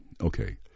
Okay